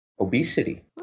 obesity